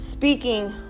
speaking